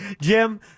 Jim